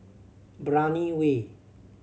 Brani Way